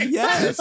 yes